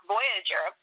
Voyager